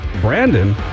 Brandon